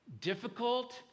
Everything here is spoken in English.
difficult